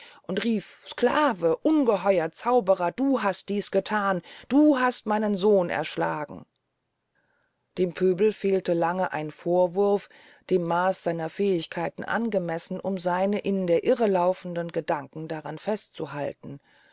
und rief sclave ungeheuer zauberer du hast dies gethan du hast meinen sohn erschlagen dem pöbel fehlte lange ein vorwurf dem maas seiner fähigkeiten angemessen um seine in der irre laufenden gedanken daran fest